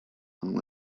hung